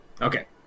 Okay